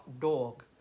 dog